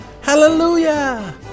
hallelujah